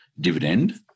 dividend